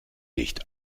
nicht